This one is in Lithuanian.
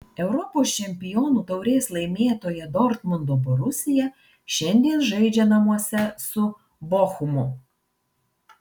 europos čempionų taurės laimėtoja dortmundo borusija šiandien žaidžia namuose su bochumu